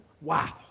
Wow